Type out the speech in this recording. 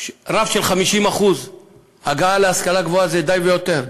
רף של 50% הגעה להשכלה גבוהה זה די והותר.